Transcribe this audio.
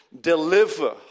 deliver